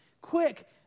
quick